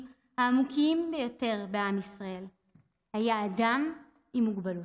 העמוקים ביותר בעם ישראל היה אדם עם מוגבלות.